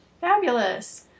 Fabulous